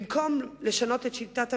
במקום לשנות את שיטת הממשל,